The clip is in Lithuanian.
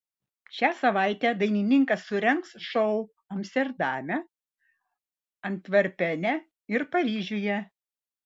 šią savaitę dainininkas surengs šou amsterdame antverpene ir paryžiuje